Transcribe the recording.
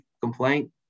complaint